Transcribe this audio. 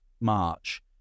march